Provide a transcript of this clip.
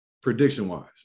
prediction-wise